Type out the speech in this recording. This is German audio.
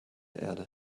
erde